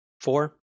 Four